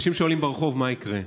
אנשים שואלים ברחוב: מה יקרה?